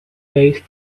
faced